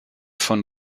von